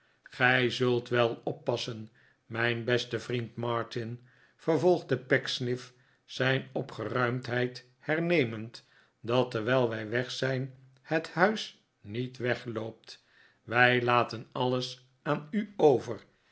gij zult wel oppassen mijn beste vriend martin vervolgde pecksniff zijn opgeruimdheid hernemend dat terwijl wij weg zijn het huis niet wegloopt wij laten alles aan u over